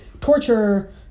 torture